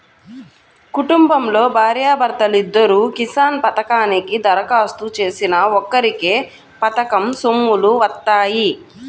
కుటుంబంలో భార్యా భర్తలిద్దరూ కిసాన్ పథకానికి దరఖాస్తు చేసినా ఒక్కరికే పథకం సొమ్ములు వత్తాయి